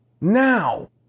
Now